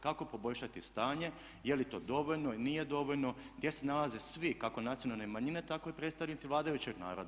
Kako poboljšati stanje, je li to dovoljno ili nije dovoljno, gdje se nalaze svi kako nacionalne manjine tako i predstavnici vladajućeg naroda.